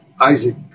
Isaac